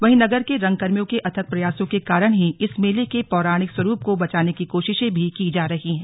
वहीं नगर के रंगकर्मियों के अथक प्रयासों के कारण ही इस मेले के पौराणिक स्वरूप को बचाने की कोशिशें भी की जा रही है